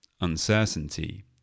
uncertainty